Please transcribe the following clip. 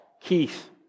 Keith